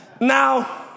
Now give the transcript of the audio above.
Now